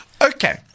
Okay